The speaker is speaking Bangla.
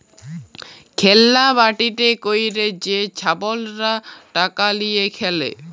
খেল্লা বাটিতে ক্যইরে যে ছাবালরা টাকা লিঁয়ে খেলে